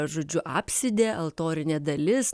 žodžiu apsidė altorinė dalis